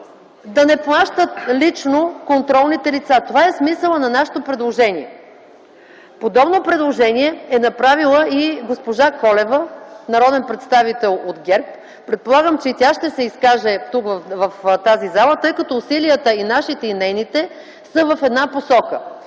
да не плащат лично контролните лица. Това е смисълът на нашето предложение. Подобно предложение е направила и госпожа Колева, народен представител от ГЕРБ. Предполагам, че и тя ще се изкаже тук в тази зала, тъй като усилията – и нашите и нейните, са в една посока.